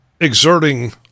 exerting